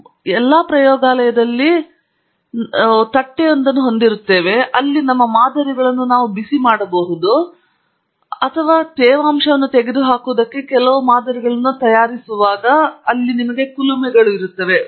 ಬಹುತೇಕ ಎಲ್ಲಾ ನಮ್ಮ ಪ್ರಯೋಗಾಲಯಗಳಲ್ಲಿ ನಮ್ಮ ಬಗೆಯ ತಟ್ಟೆಯೊಂದನ್ನು ನಾವು ಹೊಂದಿದ್ದೇವೆ ಅಲ್ಲಿ ನಾವು ನಮ್ಮ ಮಾದರಿಗಳನ್ನು ಬಿಸಿ ಮಾಡುವೆ ಅಥವಾ ಬಹುಶಃ ನೀವು ಮತ್ತೆ ನಿಮಗೆ ಗೊತ್ತಿರುವ ಅಲ್ಲಿಂದ ತೇವಾಂಶವನ್ನು ತೆಗೆದುಹಾಕುವುದಕ್ಕೆ ಕೆಲವು ಮಾದರಿಗಳನ್ನು ತಯಾರಿಸು ಅಥವಾ ಅಲ್ಲಿ ನೀವು ಕುಲುಮೆಗಳಿವೆ